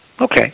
Okay